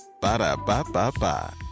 Ba-da-ba-ba-ba